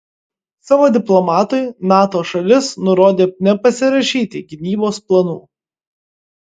savo diplomatui nato šalis nurodė nepasirašyti gynybos planų